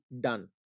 done